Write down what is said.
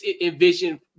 envision